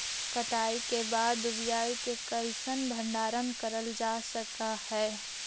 कटाई के बाद उपज के कईसे भंडारण करल जा सक हई?